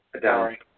sorry